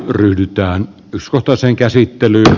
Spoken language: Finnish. ryhdyttyään usko toiseen käsittelyyn